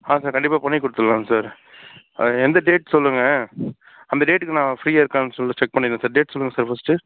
ஆ sir கண்டிப்பாக பண்ணி கொடுத்துட்லாம் சார் அது வந்து டேட் சொல்லுங்கள் அந்த டேட்டுக்கு நான் ஃப்ரீயாக இருக்கேனானு சொல்லி செக் பண்ணிக்கிறேன் டேட் சொல்லுங்கள் சார் ஃபஸ்ட்டு